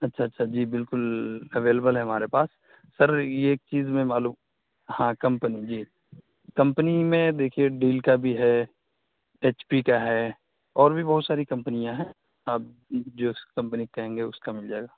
اچھا اچھا جی بالکل اویلبل ہے ہمارے پاس سر یہ ایک چیز میں معلوم ہاں کمپنی جی کمپنی میں دیکھیے ڈیل کا بھی ہے ایچ پی کا ہے اور بھی بہت ساری کمپنیاں ہیں آپ جو سی کمپنی کا کہیں گے اس کا مل جائے گا